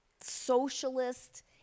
socialist